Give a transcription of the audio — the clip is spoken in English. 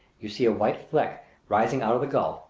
you see a white fleck rising out of the gulf,